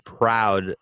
proud